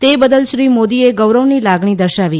તે બદલ શ્રી મોદીએ ગૌરવની લાગણી દર્શાવી